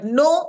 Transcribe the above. no